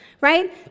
right